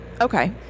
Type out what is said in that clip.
Okay